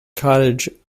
cottage